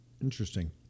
Interesting